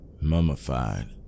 Mummified